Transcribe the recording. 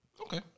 Okay